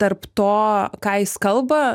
tarp to ką jis kalba